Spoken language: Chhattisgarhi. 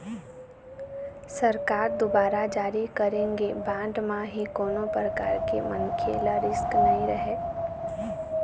सरकार दुवारा जारी करे गे बांड म ही कोनो परकार ले मनखे ल रिस्क नइ रहय